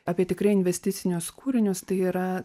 apie tikrai investicinius kūrinius tai yra